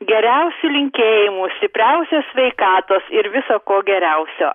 geriausių linkėjimų stipriausios sveikatos ir visa ko geriausio